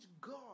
God